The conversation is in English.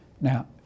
Now